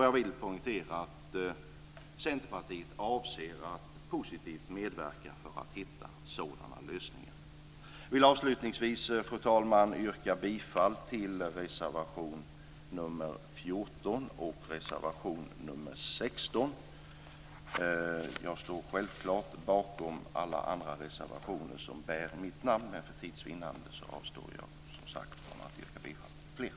Jag vill poängtera att Centerpartiet avser att positivt medverka för att hitta sådana lösningar. Fru talman! Jag vill avslutningsvis yrka bifall till reservationerna nr 14 och 16. Jag står självklart bakom alla andra reservationer som bär mitt namn, men för tids vinnande avstår jag från att yrka bifall till fler.